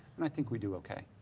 and i think we do okay.